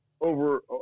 over